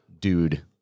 dude